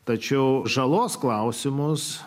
tačiau žalos klausimus